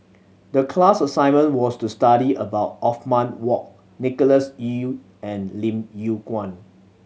the class assignment was to study about Othman Wok Nicholas Ee and Lim Yew Kuan